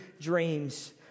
dreams